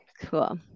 Cool